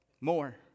More